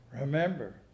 remember